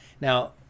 now